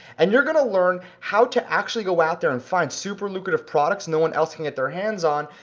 and you're gonna learn how to actually go out there and find super lucrative products no one else can get their hands on,